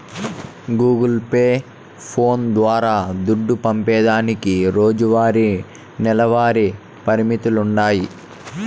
Google Pay, phones ద్వారా దుడ్డు పంపేదానికి రోజువారీ, నెలవారీ పరిమితులుండాయి